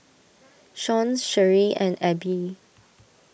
Shawn Sherree and Abby